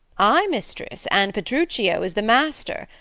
ay, mistress and petruchio is the master,